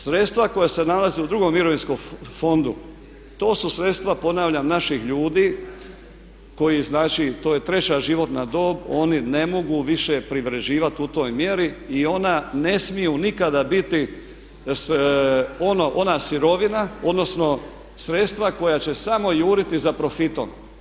Sredstva koja se nalaze u drugom mirovinskom fondu, to su sredstva ponavljam naših ljudi koji znače, to je treća životna dob, oni ne mogu više privređivati u toj mjeri i ona ne smiju nikada biti ona sirovina odnosno sredstva koja će samo juriti za profitom.